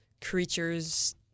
creatures